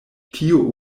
tio